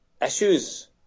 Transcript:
issues